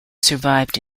survived